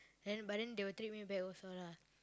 then but then they will treat me back also lah